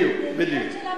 בדיוק, בדיוק.